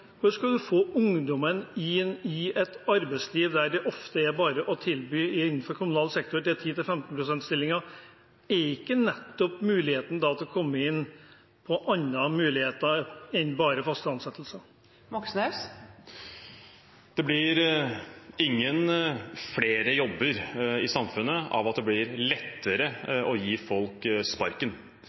i et arbeidsliv der det innenfor kommunal sektor ofte bare tilbys 10–15-pst.-stillinger? Er det ikke da nettopp mulighet til å komme inn på andre måter enn bare ved faste ansettelser? Det blir ikke flere jobber i samfunnet av at det blir lettere å gi folk sparken,